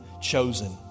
chosen